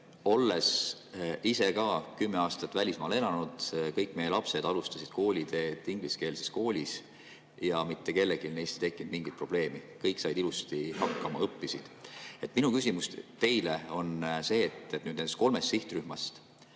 Olles ise ka kümme aastat välismaal elanud, kõik meie lapsed alustasid kooliteed ingliskeelses koolis ja mitte kellelgi neist ei tekkinud mingit probleemi, kõik said ilusti hakkama, õppisid. Minu küsimus teile on see: nendest kolmest sihtrühmast